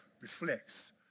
reflects